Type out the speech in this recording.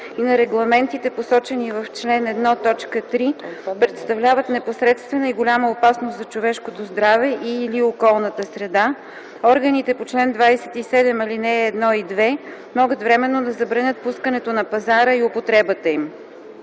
и на регламентите, посочени в чл. 1, т. 3, представляват непосредствена и голяма опасност за човешкото здраве и/или околната среда, органите по чл. 27, ал. 1 и 2 могат временно да забранят пускането на пазара и употребата им.”